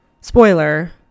Spoiler